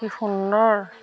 কি সুন্দৰ